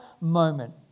moment